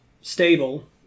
stable